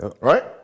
right